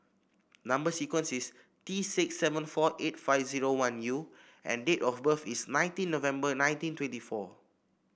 number sequence is T six seven four eight five zero one U and date of birth is nineteen November nineteen twenty four